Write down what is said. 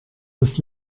dass